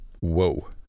Whoa